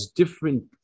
different